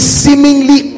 seemingly